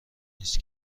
نیست